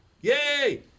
Yay